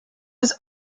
was